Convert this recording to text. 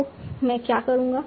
तो मैं क्या करूंगा